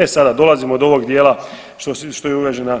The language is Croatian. E sada, dolazimo do ovog dijela što je uvažena